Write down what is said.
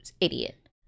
idiot